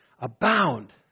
Abound